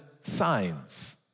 signs